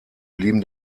blieben